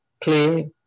play